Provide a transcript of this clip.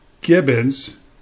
Gibbons